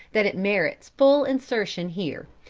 that it merits full insertion here.